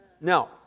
Now